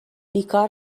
بیکار